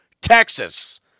Texas